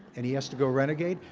and he has to go renegade.